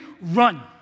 run